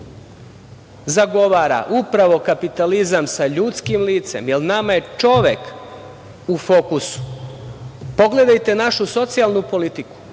zagovara, upravo kapitalizam sa ljudskim licem, jer nama je čovek u fokusu. Pogledajte našu socijalnu politiku,